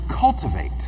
cultivate